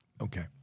Okay